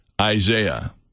Isaiah